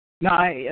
No